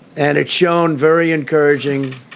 and it's shown very encouraging,